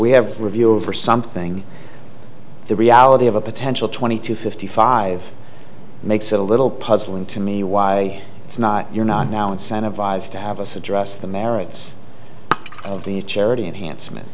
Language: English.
we have a review of or something the reality of a potential twenty to fifty five makes it a little puzzling to me why it's not you're not now incentivized to have a suggest the merits of the charity enhancement